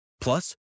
Plus